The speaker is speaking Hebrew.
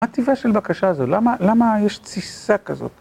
מה טיבה של בקשה זו? למה יש תסיסה כזאת?